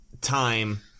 time